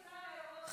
(תיקון מס' 6) (חובת פרסום דוח שנתי),